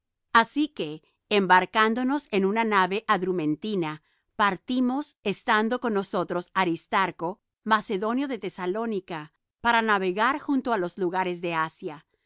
así que embarcándonos en una nave adrumentina partimos estando con nosotros aristarco macedonio de tesalónica para navegar junto á los lugares de asia